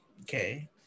Okay